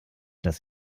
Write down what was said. das